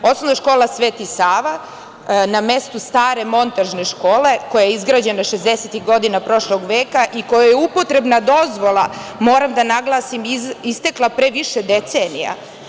Osnovna škola „Sveti Sava“ na mestu stare montažne škole koja je izgrađena 60-ih godina prošlog veka i kojoj je upotrebna dozvola, moram da naglasim, istekla pre više decenija.